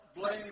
blame